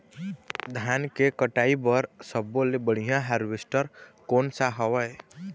धान के कटाई बर सब्बो ले बढ़िया हारवेस्ट कोन सा हवए?